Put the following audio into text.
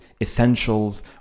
essentials